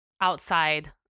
outside